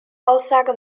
aussage